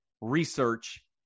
research